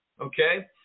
okay